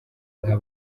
nka